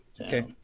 Okay